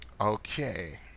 Okay